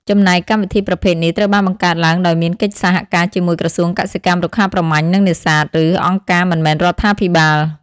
ចំណែកកម្មវិធីប្រភេទនេះត្រូវបានបង្កើតឡើងដោយមានកិច្ចសហការជាមួយក្រសួងកសិកម្ម រុក្ខាប្រមាញ់ និងនេសាទ ឬអង្គការមិនមែនរដ្ឋាភិបាល។